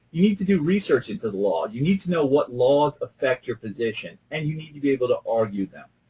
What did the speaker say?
you need to do research into the law. you need to know what laws affect your position, and you need to be able to argue them.